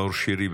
נאור שירי,